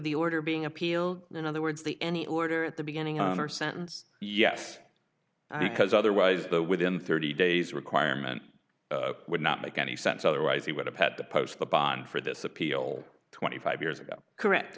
the order being appealed in other words the any order at the beginning or sentence yes because otherwise the within thirty days requirement would not make any sense otherwise he would have had to post the bond for this appeal twenty five years ago correct